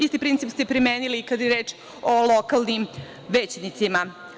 Isti princip ste primenili kada je reč o lokalnim većnicima.